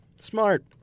Smart